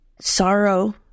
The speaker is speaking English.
sorrow